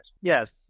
Yes